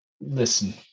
Listen